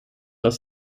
aus